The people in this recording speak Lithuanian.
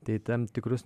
tai tam tikrus